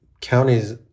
counties